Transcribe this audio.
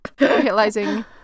realizing